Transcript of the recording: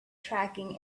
tracking